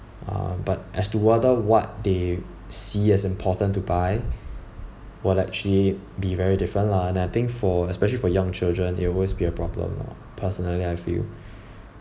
um but as to whether what they see as important to buy would actually be very different lah and I think for especially for young children there always be a problem lah personally I feel